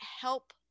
help